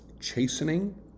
chastening